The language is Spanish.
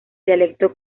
dialecto